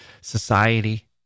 society